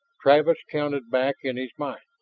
travis counted back in his mind.